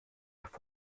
nicht